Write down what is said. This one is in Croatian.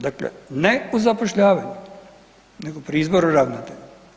Dakle, ne u zapošljavanju, nego pri izboru ravnatelja.